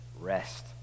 rest